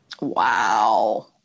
Wow